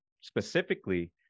specifically